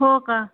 हो का